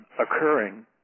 occurring